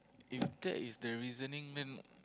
if that is the reasoning then